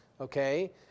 Okay